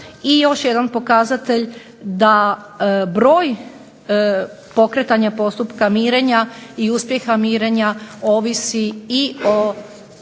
i još jedan pokazatelj da broj pokretanja postupka mirenja i uspjeha mirenja ovisi o